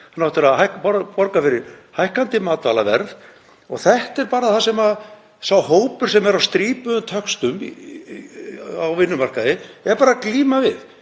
hann á eftir að borga fyrir hækkandi matvælaverð. Þetta er bara það sem sá hópur sem er á strípuðum töxtum á vinnumarkaði er að glíma við.